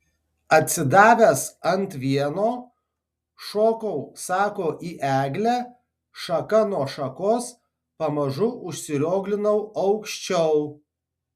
atsidavęs ant vieno šokau sako į eglę šaka nuo šakos pamažu užsirioglinau aukščiau